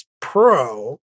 Pro